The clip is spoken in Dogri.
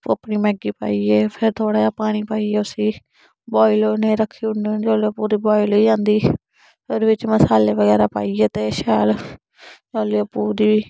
अपनी मैगी पाइयै फिर थोड़ा पानी पाइयै उसी बोयाल होने गी रक्खी उड़ने होन्ने जेल्लै बोयाल होई जंदी ओह्दे बिच्च मसाले बगैरा पाइयै ते शैल जेल्लै ओह् पूरी